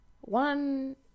one